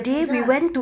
pizza